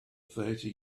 thirty